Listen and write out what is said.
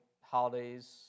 holidays